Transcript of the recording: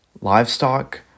livestock